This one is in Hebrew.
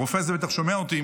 הרופא הזה בטח שומע אותי,